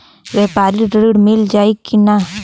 व्यापारी ऋण मिल जाई कि ना?